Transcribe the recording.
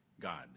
God